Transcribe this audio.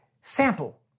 sample